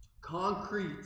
concrete